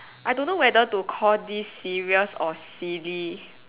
I don't know whether to call this serious or silly